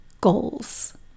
goals